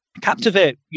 Captivate